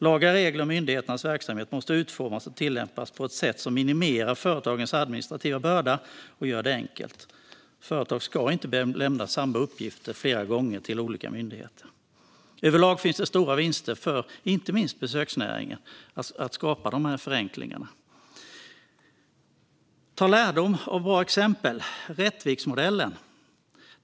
Lagar, regler och myndigheternas verksamhet måste utformas och tillämpas på ett sätt som minimerar företagens administrativa börda och gör det enkelt. Företag ska inte behöva lämna samma uppgifter flera gånger till olika myndigheter. Överlag finns det stora vinster att göra, inte minst för besöksnäringen, genom att man skapar de här förenklingarna. Dra lärdom av bra exempel, exempelvis Rättviksmodellen!